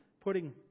putting